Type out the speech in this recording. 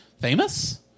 famous